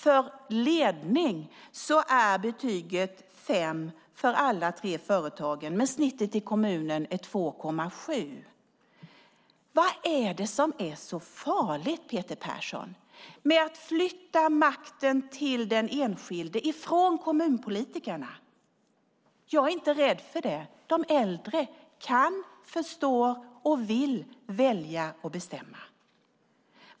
För ledning är betyget 5 för alla de tre företagen. Snittet i kommunen är 2,7. Vad är det som är så farligt, Peter Persson, med att flytta makten från kommunpolitikerna till den enskilde? Jag är inte rädd för det. De äldre kan, förstår att och vill välja och bestämma.